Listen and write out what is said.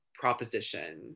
proposition